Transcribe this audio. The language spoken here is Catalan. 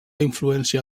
influència